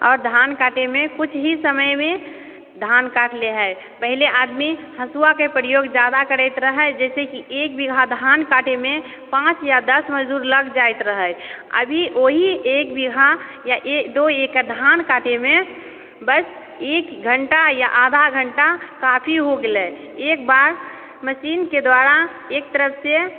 आओर धान काटैमे कुछ ही समयमे धान काट लै हय पहिले आदमी हँसुआके प्रयोग जादा करैत रहै जैसे कि एक बीघा धान काटैमे पाँच या दस मजदूर लग जाइत रहै अभी ओही एक बीघा या दो एकर धान काटैमे बस एक घण्टा या आधा घण्टा काफी हो गेलै एक बार मशीनके द्वारा एक तरफसँ